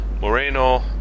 Moreno